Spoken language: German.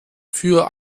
für